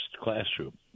classroom